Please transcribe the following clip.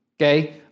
Okay